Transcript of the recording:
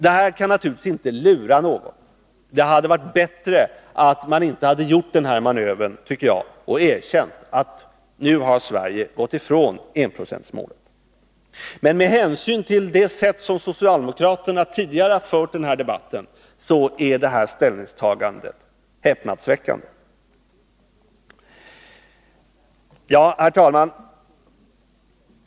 Detta kan naturligtvis inte lura någon. Det hade varit bättre att socialdemokraterna inte gjort den här manövern utan erkänt: Nu har Sverige gått ifrån enprocentsmålet. Men med hänsyn till det sätt på vilket socialdemokraterna tidigare har fört denna debatt är detta ställningstagande häpnadsväckande. Herr talman!